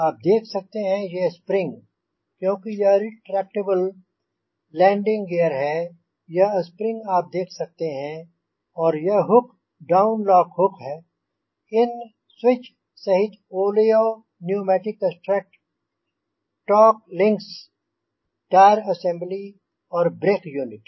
आप देख सकते हैं ये स्प्रिंग क्योंकि यह रेट्रैक्टबल लैंडिंग गियर है यह स्प्रिंग आप देख सकते हैं और यह hook down lock hook in switch सहित oleo pneumatic strut torque links tyre assembly और ब्रेक यूनिट